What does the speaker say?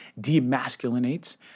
demasculinates